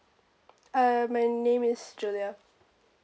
uh my name is julia